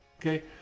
Okay